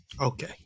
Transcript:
Okay